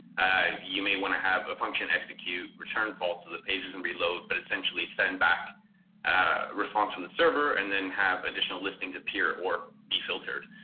you may want to have a function execute return false to the pages and reload. but essentially send back response from the server and then have additional listings appear or be filtered.